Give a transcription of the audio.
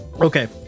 okay